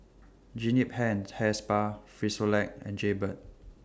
Jean Yip Hair Hair Spa Frisolac and Jaybird